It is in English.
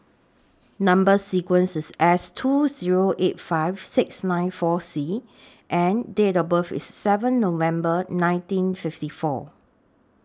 Number sequence IS S two Zero eight five six nine four C and Date of birth IS seven November nineteen fifty four